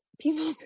people